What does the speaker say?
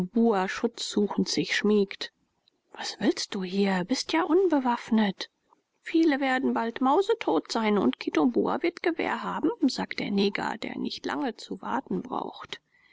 schutzsuchend sich schmiegt was willst du hier bist ja unbewaffnet viele werden bald mausetot sein und kitumbua wird gewehr haben sagt der neger der nicht lange zu warten braucht